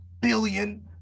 billion